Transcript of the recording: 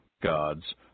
gods